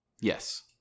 Yes